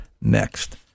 Next